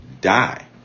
die